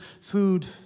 food